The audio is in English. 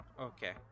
Okay